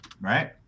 right